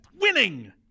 winning